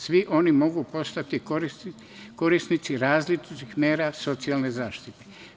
Svi oni mogu postati korisnici različitih mera socijalne zaštite.